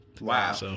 Wow